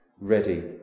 ready